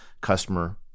customer